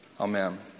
Amen